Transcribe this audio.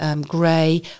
grey